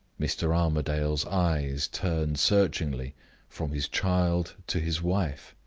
mr. armadale's eyes turned searchingly from his child to his wife.